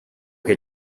che